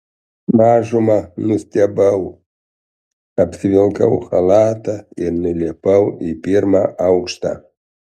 mažumą nustebau apsivilkau chalatą ir nulipau į pirmą aukštą